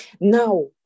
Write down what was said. Now